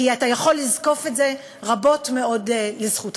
כי אתה יכול לזקוף את זה רבות מאוד לזכותך.